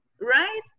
right